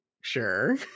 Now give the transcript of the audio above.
sure